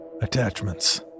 Attachments